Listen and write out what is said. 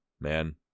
man